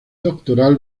doctoral